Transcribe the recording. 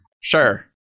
Sure